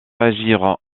agir